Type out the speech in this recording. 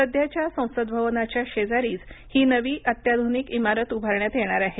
सध्याच्या संसद भवनाच्या शेजारीच ही नवी अत्याध्निक इमारत उभारण्यात येणार आहे